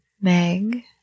Meg